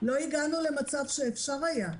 לא הגענו למצב שאפשר היה.